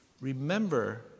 Remember